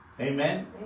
Amen